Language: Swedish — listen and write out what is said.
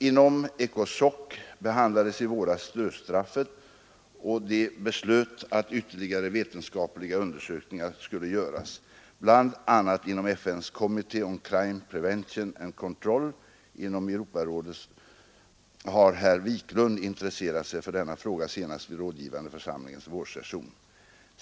Inom ECOSOC behandlades i våras dödsstraffet och det beslöts att ytterligare vetenskapliga undersökningar skulle göras bl.a. inom FN:s Committee on Crime Prevention and Control; inom Europarådet har herr Wiklund intresserat sig för denna fråga senast vid rådgivande församlingens vårsession.